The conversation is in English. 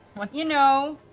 you know.